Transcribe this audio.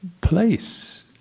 place